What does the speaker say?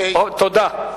תודה.